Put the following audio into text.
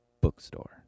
bookstore